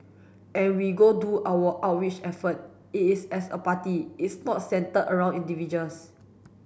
and we go do our outreach effort it is as a party it's not centred around individuals